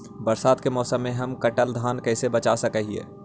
बरसात के मौसम में हम कटल धान कैसे बचा सक हिय?